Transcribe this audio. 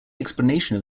explanation